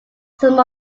some